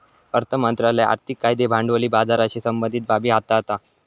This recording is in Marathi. अर्थ मंत्रालय आर्थिक कायदे भांडवली बाजाराशी संबंधीत बाबी हाताळता